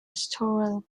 estoril